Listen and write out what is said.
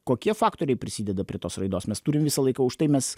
kokie faktoriai prisideda prie tos raidos mes turim visą laiką užtai mes